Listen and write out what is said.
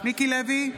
מיקי לוי,